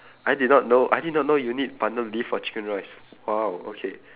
I did not know I did not know you need pandan leaf for chicken rice !wow! okay